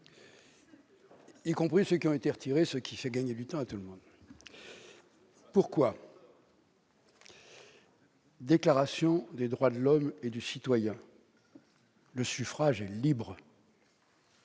y compris à ceux qui ont été retirés, ce qui fait gagner du temps à tout le monde ! Aux termes de la Déclaration des droits de l'homme et du citoyen, le suffrage est libre.